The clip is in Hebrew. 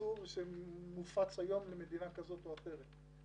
ייצור שמופץ היום למדינה כזאת או אחרת,